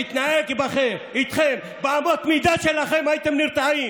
להתנהג איתכם באמות המידה שלכם, הייתם נרתעים.